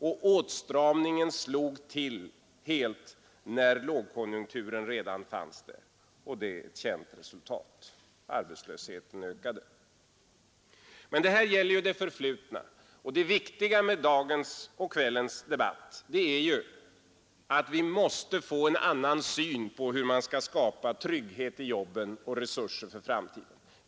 Och åtstramningen slog till med full kraft när lågkonjunkturen redan var ett faktum — med känt resultat: arbetslösheten ökade. Detta gäller emellertid det förflutna. Det viktiga med dagens och kvällens debatt är att vi måste få en annan syn på hur man skall skapa trygghet i arbetet och resurser för framtiden.